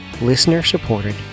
listener-supported